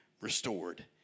restored